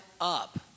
up